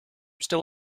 still